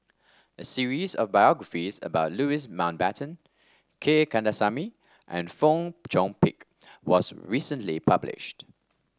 a series of biographies about Louis Mountbatten K Kandasamy and Fong Chong Pik was recently published